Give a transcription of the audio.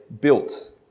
built